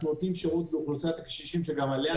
אנחנו נותנים שירות לאוכלוסיית הקשישים שגם עליה דיברתם.